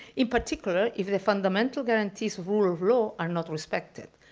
in particular, if the fundamental guarantees of rule of law are not respected,